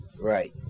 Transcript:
Right